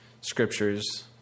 scriptures